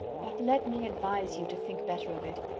but let me advise you to think better of it.